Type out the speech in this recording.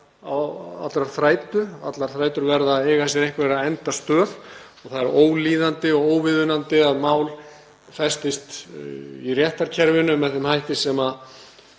allar þrætur verða að eiga sér einhverja endastöð, og það er ólíðandi og óviðunandi að mál festist í réttarkerfinu með þeim hætti sem